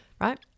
right